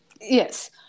Yes